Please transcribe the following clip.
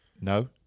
No